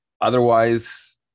Otherwise